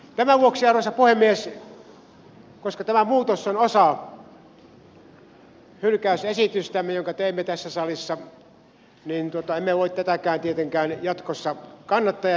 tämän vuoksi arvoisa puhemies koska tämä muutos on osa hylkäysesitystämme jonka teimme tässä salissa emme voi tätäkään tietenkään jatkossa kannattaa ja tämän teille tietoon saatan